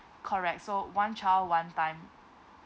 correct so one child one time